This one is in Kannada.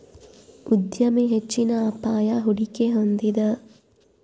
ಉದ್ಯಮಿ ಹೆಚ್ಚಿನ ಅಪಾಯ, ಹೂಡಿಕೆ ಹೊಂದಿದ